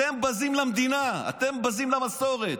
אתם בזים למדינה, אתם בזים למסורת.